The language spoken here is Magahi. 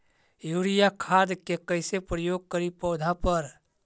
यूरिया खाद के कैसे प्रयोग करि पौधा पर?